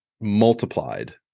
multiplied